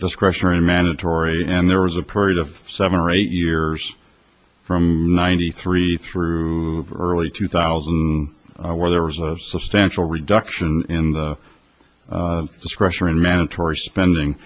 discretionary mandatory and there was a period of seven or eight years from ninety three through early two thousand where there was a substantial reduction in the discretionary mandatory spending